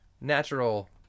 natural